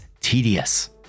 tedious